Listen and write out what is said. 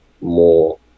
more